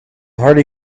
harder